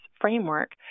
framework